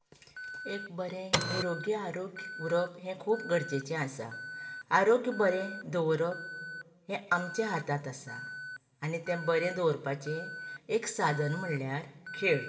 एक बरें निरोगी आरोग्य उरप हें खूब गरजेचें आसा आरोग्य बरें दवरप हें आमच्या हातांत आसा आनी तें बरें दवरपाचीं एक साधन म्हणल्यार खेळ